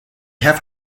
have